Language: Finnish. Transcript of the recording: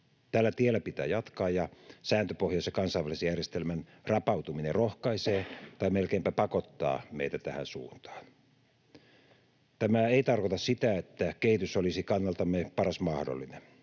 Tällä tiellä pitää jatkaa, ja sääntöpohjaisen kansainvälisen järjestelmän rapautuminen rohkaisee tai melkeinpä pakottaa meitä tähän suuntaan. Tämä ei tarkoita sitä, että kehitys olisi kannaltamme paras mahdollinen.